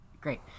great